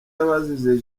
y’abazize